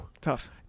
Tough